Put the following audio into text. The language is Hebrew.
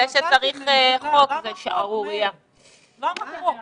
זה שצריך חוק, זאת שערורייה.